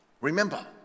Remember